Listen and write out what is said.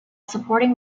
supporting